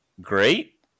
great